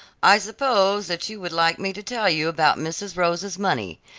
i suppose that you would like me to tell you about mrs. rosa's money,